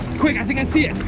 quick, i think i see it.